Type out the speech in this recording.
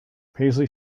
paisley